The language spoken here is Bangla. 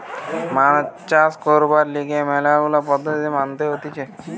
মাছ চাষ করবার লিগে ম্যালা গুলা পদ্ধতি মানতে হতিছে